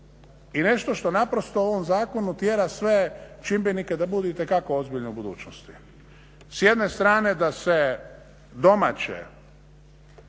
i nešto što naprosto u ovom zakonu tjera sve čimbenike da budu itekako ozbiljni u budućnosti. S jedne strane da se domaće